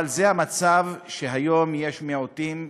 אבל זה המצב, היום יש מיעוטים.